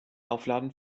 aufladen